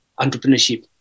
entrepreneurship